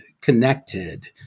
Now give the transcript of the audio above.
connected